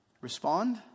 respond